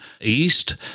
east